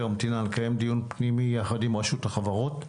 המדינה לקיים דיון פנימי יחד עם רשות החברות.